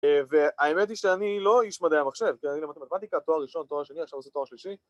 והאמת היא שאני לא איש מדעי המחשב, כי אני למדתי מתמטיקה, תואר ראשון, תואר שני, עכשיו עושה תואר שלישי